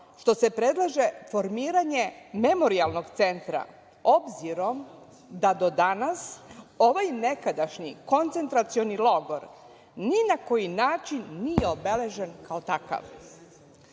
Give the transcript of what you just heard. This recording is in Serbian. što se predlaže formiranja memorijalnog centra, obzirom da do danas ovaj nekadašnji koncentracioni logor ni na koji način nije obeležen kao takav. Stoga